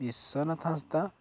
Biswanath Hansda